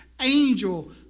Angel